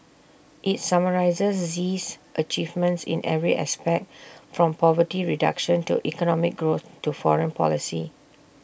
IT summarises Xi's achievements in every aspect from poverty reduction to economic growth to foreign policy